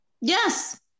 Yes